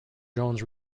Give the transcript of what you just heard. jones